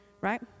right